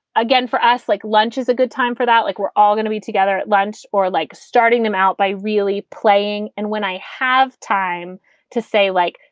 again, for us, like lunch is a good time for that. like we're all going to be together at lunch or like starting them out by really playing. and when i have time to say, like,